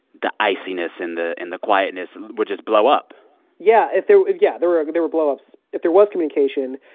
the iciness and the and the quietness would just blow up yeah. if there yeah, there were there were blowups. if there was communication,